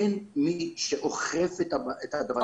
אין מי שאוכף את הדבר הזה,